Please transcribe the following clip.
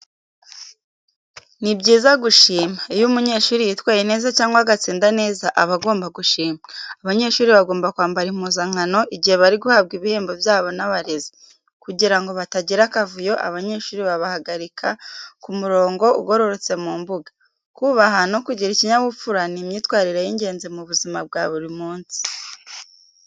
Ni byiza gushima, iyo umunyeshuri yitwaye neza cyangwa agatsinda neza aba agombwa gushimwa. Abanyeshuri bagomba kwambara impuzankano igihe bari guhabwa ibihembo byabo n'abarezi. Kugirango batagira akavuyo abanyeshuri babahagarika ku murongo ugororotse mu mbuga. Kubaha no kugira ikinyabupfura n'imyitwarire y’ingenzi mu buzima bwa buri munsi.